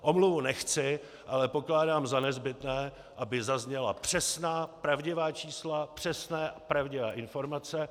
Omluvu nechci, ale pokládám za nezbytné, aby zazněla přesná, pravdivá čísla, přesné, pravdivé informace.